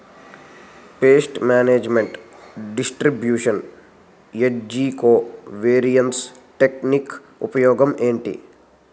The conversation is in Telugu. పేస్ట్ మేనేజ్మెంట్ డిస్ట్రిబ్యూషన్ ఏజ్జి కో వేరియన్స్ టెక్ నిక్ ఉపయోగం ఏంటి